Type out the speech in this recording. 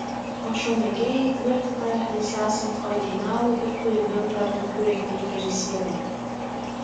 o šou mėgėjai tvirtina jus esant originalų ir kūrybingą tokių renginių režisierių